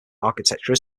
architecture